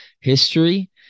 history